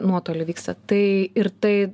nuotoliu vyksta tai ir tai